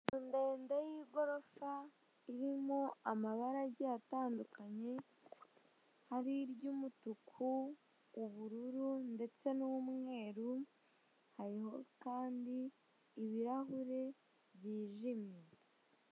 Inzu ndende y'igorofa irimo amabara agiye atandukanye hari iry'umutuku, ubururu ndetse n'umweru hariho kandi ibirirahure byijimye.